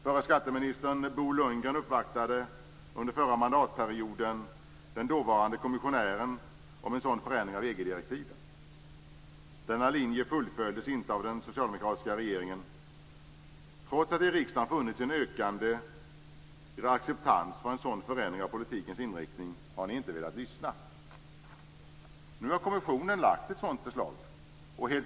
Förre skatteministern Bo Lundgren uppvaktade under förra mandatperioden den dåvarande kommissionären om en sådan förändring av EG direktiven. Denna linje fullföljdes inte av den socialdemokratiska regeringen. Trots att det i riksdagen funnits en ökande acceptans för en sådan förändring av politikens inriktning har inte regeringen velat lyssna. Nu har kommissionen lagt fram ett sådant förslag.